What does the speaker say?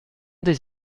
des